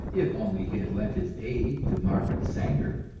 if only he had lent his aid to margaret sanger!